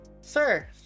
Sir